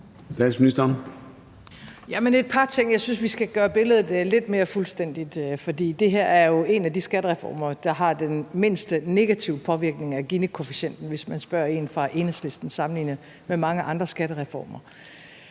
det vil jeg sige et par ting. Jeg synes, vi skal gøre billedet lidt mere fuldstændigt, for det her er jo en af de skattereformer, der har den mindste negative påvirkning af Ginikoefficienten, hvis man spørger en fra Enhedslisten, sammenlignet med mange andre skattereformer.